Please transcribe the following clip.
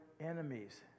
enemies